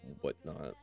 whatnot